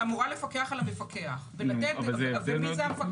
היא אמורה לפקח על המפקח ומי זה המפקח?